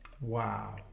Wow